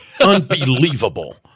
Unbelievable